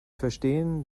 verstehen